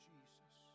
Jesus